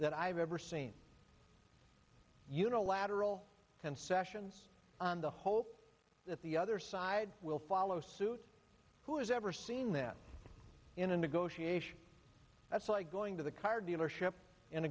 that i've ever seen unilateral concessions on the hope that the other side will follow suit who has ever seen that in a negotiation that's like going to the car dealership and